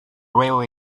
railway